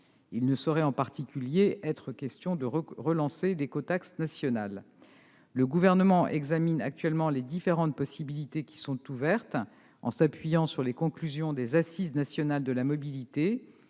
Il ne saurait être question, en particulier, de relancer l'écotaxe nationale. Le Gouvernement examine actuellement les différentes possibilités qui sont ouvertes, en s'appuyant sur les conclusions des Assises nationales de la mobilité